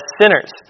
sinners